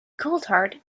coulthard